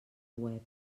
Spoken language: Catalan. web